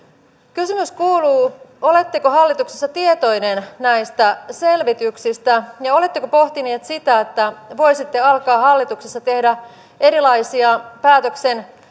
kysymys kuuluu oletteko hallituksessa tietoisia näistä selvityksistä ja oletteko pohtineet sitä että voisitte alkaa hallituksessa tehdä erilaisia päätöksen